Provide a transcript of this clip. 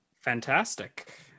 Fantastic